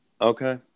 okay